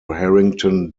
harrington